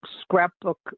scrapbook